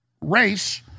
race